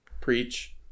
preach